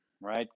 right